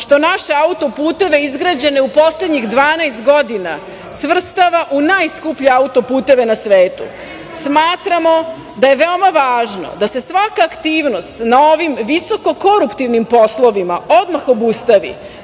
što naše auto-puteve izgrađene u poslednjih 12 godina svrstava u najskuplje auto-puteve na svetu. Smatramo da je veoma važno da se svaka aktivnost na ovim visoko-korptivnim poslovima odmah obustavi,